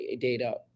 data